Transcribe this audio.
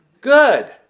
good